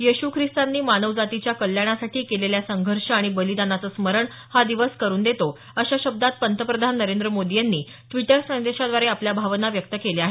येशू ख्रिस्तांनी मानवजातीच्या कल्याणासाठी केलेल्या संघर्ष आणि बलिदानाचं स्मरण हा दिवस करून देतो अशा शब्दात पंतप्रधान नरेंद्र मोदी यांनी ड्वीटर संदेशाद्वारे आपल्या भावना व्यक्त केल्या आहेत